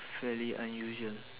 fairly unusual